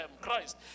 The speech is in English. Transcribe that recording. Christ